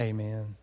Amen